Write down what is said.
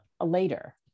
later